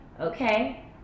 okay